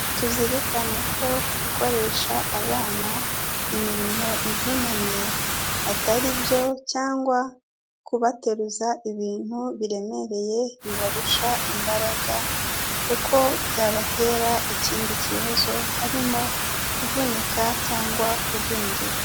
Tuzirikane ko gukoresha abana imirimo ivunanye atari byo cyangwa kubateruza ibintu biremereye bibarusha imbaraga, kuko byabatera ikindi kibazo, harimo kuvunika cyangwa kugwingira.